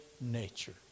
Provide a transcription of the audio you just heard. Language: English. nature